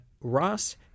Ross